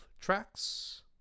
tracks